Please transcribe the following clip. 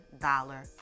dollar